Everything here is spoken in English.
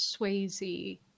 swayze